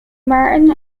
martin